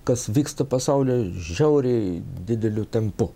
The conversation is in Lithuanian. kas vyksta pasauly žiauriai dideliu tempu